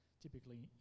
typically